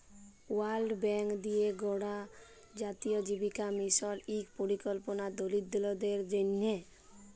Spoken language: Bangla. ওয়ার্ল্ড ব্যাংক দিঁয়ে গড়া জাতীয় জীবিকা মিশল ইক পরিকল্পলা দরিদ্দরদের জ্যনহে